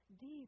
deep